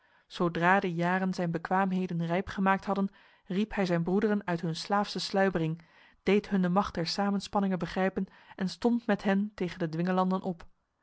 zodra de jaren zijn bekwaamheden rijp gemaakt hadden riep hij zijn broederen uit hun slaafse sluimering deed hun de macht der samenspanningen begrijpen en stond met hen tegen de dwingelanden op